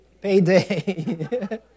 payday